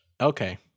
Okay